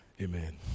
Amen